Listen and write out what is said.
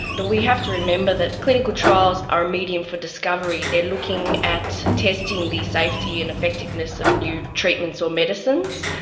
but we have to remember that clinical trials are a medium for discovery. they're looking at testing the safety and effectiveness of new treatments or medicines,